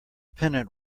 pennant